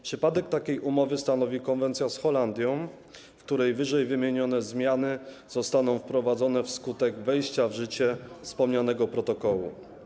Przypadek takiej umowy stanowi konwencja z Holandią, w której ww. zmiany zostaną wprowadzone wskutek wejścia w życie wspomnianego protokołu.